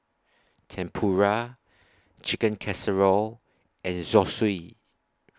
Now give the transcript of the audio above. Tempura Chicken Casserole and Zosui